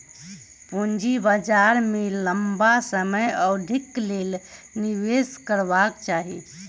पूंजी बाजार में लम्बा समय अवधिक लेल निवेश करबाक चाही